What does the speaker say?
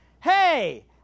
Hey